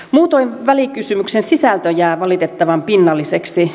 muutoin välikysymyksen sisältö jää valitettavan pinnalliseksi